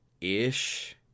ish